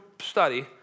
study